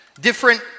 different